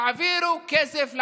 תעבירו כסף לעניים.